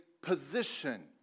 position